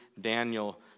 Daniel